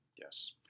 Yes